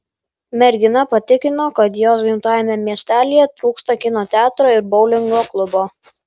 mergina patikino kad jos gimtajame miestelyje trūksta kino teatro ir boulingo klubo